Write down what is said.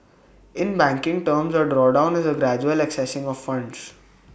in banking terms A drawdown is A gradual accessing of funds